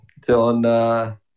Dylan